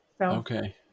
Okay